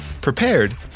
prepared